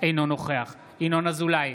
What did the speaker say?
אינו נוכח ינון אזולאי,